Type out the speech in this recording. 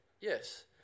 Yes